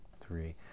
Three